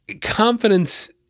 confidence